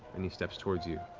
and he steps towards you,